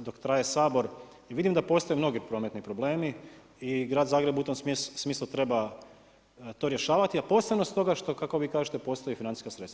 dok traje Sabor i vidim da postoje mnogi prometni problemi i grad Zagreb u tom smislu treba to rješavati, a posebno stoga što kako vi kažete postoje financijska sredstva.